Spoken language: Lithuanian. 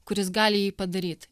kuris gali jį padaryti